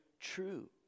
true